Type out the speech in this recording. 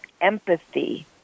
empathy